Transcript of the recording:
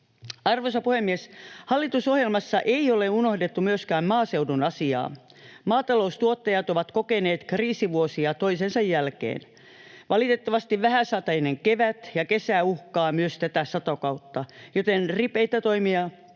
Arvoisa puhemies! Hallitusohjelmassa ei ole unohdettu myöskään maaseudun asiaa. Maataloustuottajat ovat kokeneet kriisivuosia toisensa jälkeen. Valitettavasti vähäsateinen kevät ja kesä uhkaa myös tätä satokautta, joten ripeitä toimia